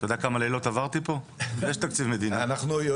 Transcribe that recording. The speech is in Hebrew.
אתה יודע כמה לילות עברתי פה?